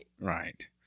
Right